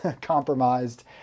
compromised